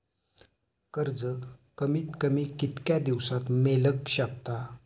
कर्ज कमीत कमी कितक्या दिवसात मेलक शकता?